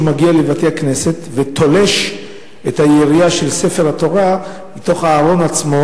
מישהו מגיע לבתי-הכנסת ותולש את היריעה של ספרי התורה מתוך הארון עצמו,